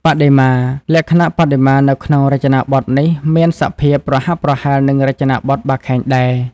បដិមា លក្ខណៈបដិមានៅក្នុងរចនាបថនេះមានសភាពប្រហាក់ប្រហែលនឹងរចនាបថបាខែងដែរ ។